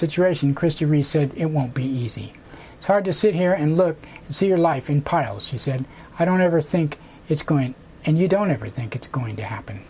situation kristie re so it won't be easy it's hard to sit here and look and see your life in piles she said i don't ever think it's going and you don't ever think it's going to happen